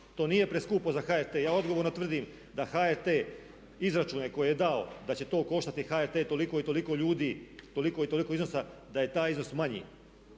To nije preskupo za HRT. Ja odgovorno tvrdim da HRT izračune koje je dao da će to koštati HRT toliko i toliko ljudi, toliko i toliko iznosa da je taj iznos manji.